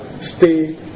Stay